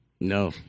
No